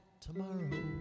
tomorrow